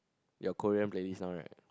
your Korean playlist now right